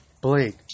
Blake